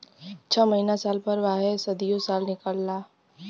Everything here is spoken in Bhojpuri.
छ महीना साल भर वाहे सदीयो साल निकाल ला